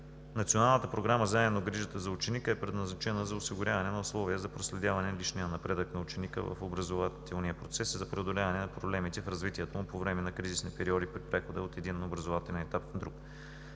Националната програма „Заедно в грижата за ученика“ е предназначена за осигуряване на условия за проследяване личния напредък на ученика в образователния процес и за преодоляване на проблемите в развитието му по време на кризисни периоди при прехода от един образователен етап в друг.